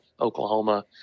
Oklahoma